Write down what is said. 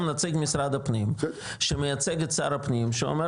נציג משרד הפנים שמייצג את שר הפנים שאומר,